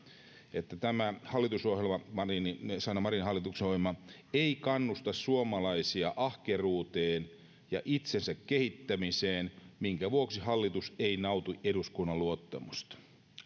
tämä hallitusohjelma siis sanna marinin hallituksen ohjelma ei kannusta suomalaisia ahkeruuteen ja itsensä kehittämiseen minkä vuoksi hallitus ei nauti eduskunnan luottamusta